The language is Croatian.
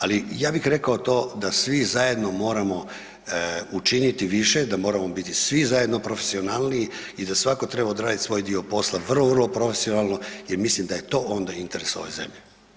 Ali ja bih rekao to da svi zajedno moramo učiniti više, da moramo biti svi zajedno profesionalniji i da svako treba odradit svoj dio posla vrlo, vrlo profesionalno i mislim da je to onda interes ove zemlje.